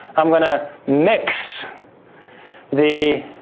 i'm gonna mix the